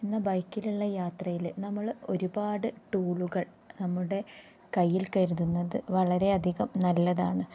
എന്നാൽ ബൈക്കിലുള്ള യാത്രയിൽ നമ്മൾ ഒരുപാട് ടൂളുകൾ നമ്മുടെ കയ്യിൽ കരുതുന്നത് വളരെയധികം നല്ലതാണ്